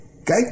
Okay